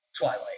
twilight